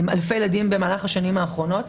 אלפי ילדים במהלך השנים האחרונות.